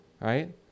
right